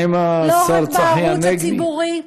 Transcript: מה עם השר צחי הנגבי,